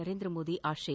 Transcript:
ನರೇಂದ್ರ ಮೋದಿ ಆಶಯ